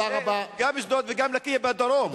גם אשדוד וגם לקיה בדרום.